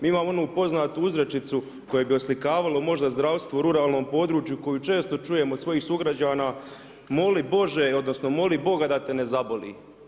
Mi imamo onu poznatu uzrečicu koja bi oslikavalo možda zdravstvo u ruralnom području koju često čujemo od svojih sugrađana moli Bože, odnosno, moli Boga da te ne zaboli.